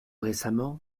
récemment